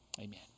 Amen